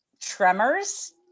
tremors